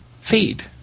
Feed